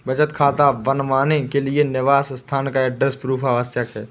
बचत खाता बनवाने के लिए निवास स्थान का एड्रेस प्रूफ आवश्यक है